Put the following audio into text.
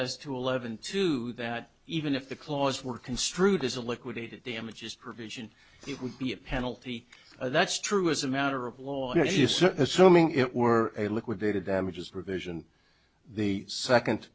as to eleven two that even if the clause were construed as a liquidated damages provision it would be a penalty that's true as a matter of law you service zooming it were a liquidated damages provision the second